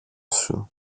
σου